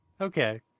okay